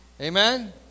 Amen